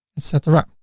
etc.